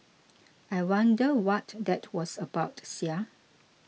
I wonder what that was about sia